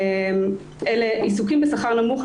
אלה עיסוקים בשכר נמוך,